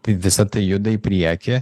tai visa tai juda į priekį